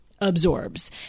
absorbs